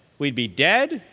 we'd be dead